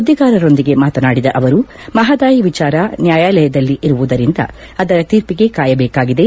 ಸುದ್ದಿಗಾರರೊಂದಿಗೆ ಮಾತನಾಡಿದ ಅವರು ಮಹದಾಯಿ ವಿಚಾರ ನ್ಯಾಯಾಲಯದಲ್ಲಿ ಇರುವುದರಿಂದ ಅದರ ತೀರ್ಪಿಗೆ ಕಾಯಬೇಕಾಗಿದೆ